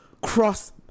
cross